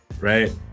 right